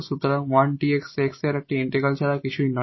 সুতরাং 1 𝐷 𝑋 X এর integral ছাড়া আর কিছুই নয়